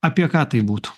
apie ką tai būtų